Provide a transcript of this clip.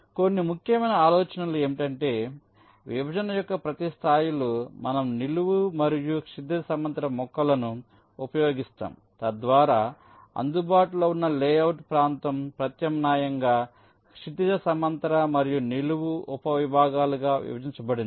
కాబట్టి కొన్ని ముఖ్యమైన ఆలోచనలు ఏమిటంటే విభజన యొక్క ప్రతి స్థాయి లో మనం నిలువు మరియు క్షితిజ సమాంతర ముక్కలను ఉపయోగిస్తాం తద్వారా అందుబాటులో ఉన్న లేఅవుట్ ప్రాంతం ప్రత్యామ్నాయంగా క్షితిజ సమాంతర మరియు నిలువు ఉపవిభాగాలుగా విభజించబడింది